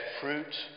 fruit